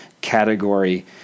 category